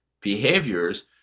behaviors